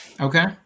Okay